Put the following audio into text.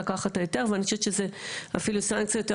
לקחת את ההיתר ואני חושבת שזה אפילו סנקציה יותר